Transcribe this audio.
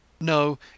No